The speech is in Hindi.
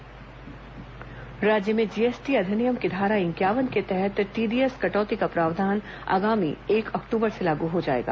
जीएसटी प्रावधान राज्य में जीएसटी अधिनियम की धारा इंक्यावन के तहत टीडीएस कटौती का प्रावधान आगामी एक अक्टूबर से लागू हो जाएगा